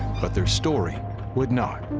but their story would not.